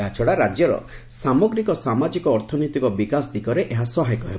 ଏହାଛଡ଼ା ରାଜ୍ୟର ସାମଗ୍ରୀକ ସାମାଜିକ ଅର୍ଥନୈତିକ ବିକାଶ ଦିଗରେ ଏହା ସହାୟକ ହେବ